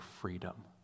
freedom